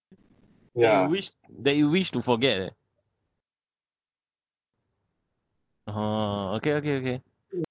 that you wish that you wish to forget leh (uh huh) okay okay okay